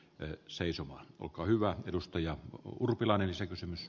en seisomaan koko hyvä edustaja urpilainen se kysymys